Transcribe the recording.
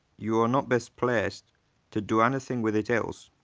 you are not best placed to do anything with it else.